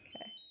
Okay